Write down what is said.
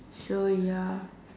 so ya